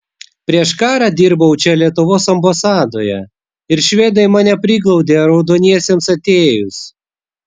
prieš karą dirbau čia lietuvos ambasadoje ir švedai mane priglaudė raudoniesiems atėjus